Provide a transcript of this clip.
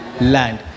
land